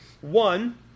One